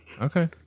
okay